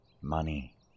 money